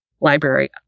library